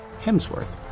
Hemsworth